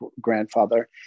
grandfather